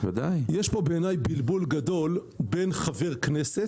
יש פה בעיני בלבול גדול בין חבר כנסת,